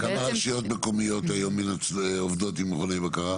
וכמה רשויות מקומיות היום עובדות עם מכוני בקרה?